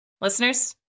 listeners